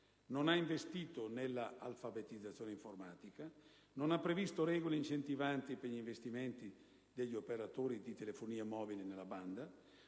non ha investito nell'alfabetizzazione informatica; non ha previsto regole incentivanti per gli investimenti degli operatori di telefonia mobile nella banda;